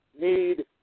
need